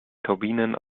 turbinen